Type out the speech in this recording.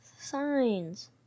signs